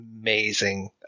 amazing